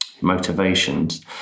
motivations